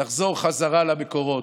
לחזור בחזרה למקורות.